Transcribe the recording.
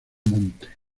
monte